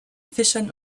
fischern